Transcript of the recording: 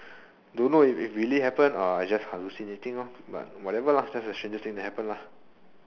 don't know if if really happen or I just hallucinating but whatever just the strangest thing to happen lah